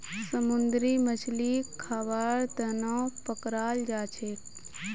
समुंदरी मछलीक खाबार तनौ पकड़ाल जाछेक